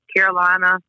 Carolina